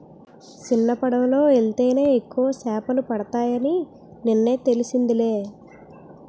సిన్నపడవలో యెల్తేనే ఎక్కువ సేపలు పడతాయని నిన్నే తెలిసిందిలే